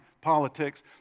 politics